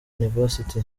university